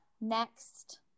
next